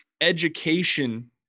education